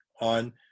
on